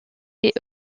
est